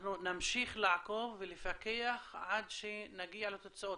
אנחנו נמשיך לעקוב ולפקח עד שנגיע לתוצאות.